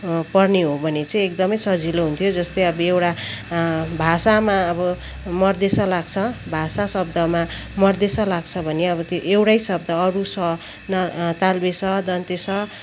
पर्ने हो भने चाहिँ एकदमै सजिलो हुन्थ्यो जस्तै अब एउटा भाषामा अब मर्देस लाग्छ भाषा शब्दमा मर्देस लाग्छ भने अब त्यो एउटै शब्द अरू स तालबेस दन्तेस